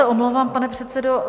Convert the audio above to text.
Omlouvám se, pane předsedo.